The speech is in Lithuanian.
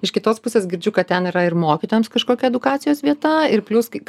iš kitos pusės girdžiu kad ten yra ir mokytojams kažkokia edukacijos vieta ir plius kai